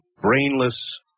brainless